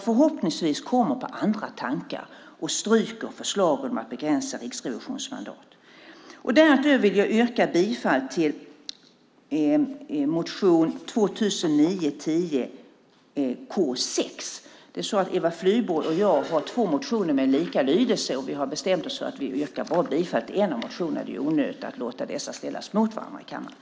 Förhoppningsvis kommer man då på andra tankar och stryker förslaget om att begränsa Riksrevisionens mandat. Därutöver yrkar jag bifall till motion 2009/10:K6. Eva Flyborg och jag har två motioner med lika lydelse, och vi har bestämt oss för att yrka bifall till endast en av dem. Det är onödigt att låta dessa ställas mot varandra i kammaren.